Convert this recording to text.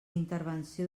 intervenció